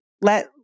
let